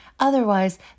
Otherwise